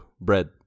Bread